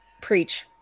preach